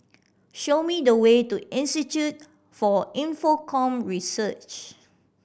show me the way to Institute for Infocomm Research